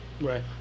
right